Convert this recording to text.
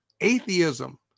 atheism